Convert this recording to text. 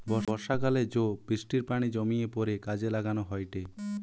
বর্ষাকালে জো বৃষ্টির পানি জমিয়ে পরে কাজে লাগানো হয়েটে